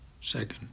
Second